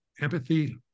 empathy